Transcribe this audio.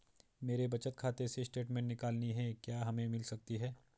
मेरे बचत खाते से स्टेटमेंट निकालनी है क्या हमें मिल सकती है?